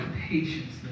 patience